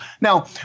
Now